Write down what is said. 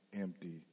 empty